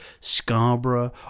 Scarborough